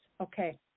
okay